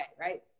Right